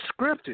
scripted